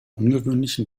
ungewöhnlichen